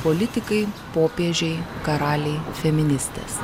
politikai popiežiai karaliai feministės